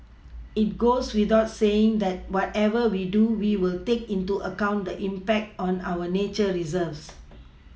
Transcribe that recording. it goes without saying that whatever we do we will take into account the impact on our nature Reserves